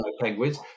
penguins